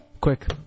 Quick